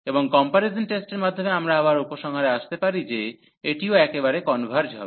এবং কম্পারিজন টেস্টের মাধ্যমে আমরা আবার উপসংহারে আসতে পারি যে এটিও একেবারে কনভার্জ হবে